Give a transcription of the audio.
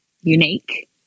unique